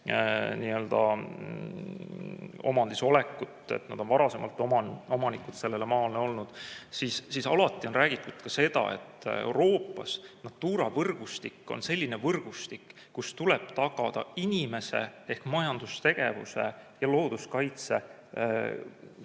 nende omandis olekut, sest nad on varem olnud selle maa omanikud, siis alati on räägitud ka seda, et Euroopas Natura võrgustik on selline võrgustik, kus tuleb tagada inimese ehk majandustegevuse ja looduskaitse kahepoolne